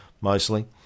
mostly